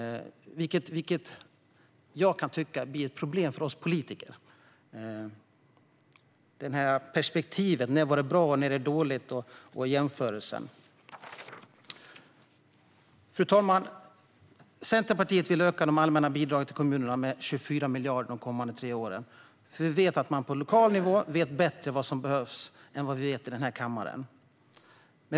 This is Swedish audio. Jag kan tycka att jämförelsen i perspektivet när det var bra och när det var dåligt blir ett problem för oss politiker. Fru talman! Vi i Centerpartiet vill öka de allmänna bidragen till kommunerna med 24 miljarder de kommande tre åren, för vi vet att man på lokal nivå vet bättre vad som behövs än vad vi gör i denna kammare.